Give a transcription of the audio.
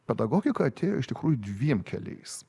pedagogika atėjo iš tikrųjų dviem keliais